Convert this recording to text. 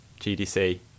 GDC